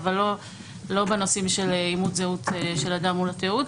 אבל לא בנושאים של אימות זהות של אדם מול התיעוד.